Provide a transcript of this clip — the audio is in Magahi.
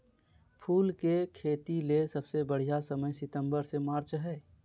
फूल के खेतीले सबसे बढ़िया समय सितंबर से मार्च हई